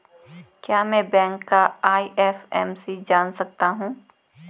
क्या मैं बैंक का आई.एफ.एम.सी जान सकता हूँ?